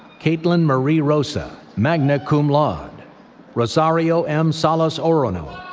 kaitlyn marie rosa, magna cum laude rosario m. salas-orono,